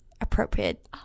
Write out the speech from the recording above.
appropriate